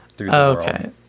okay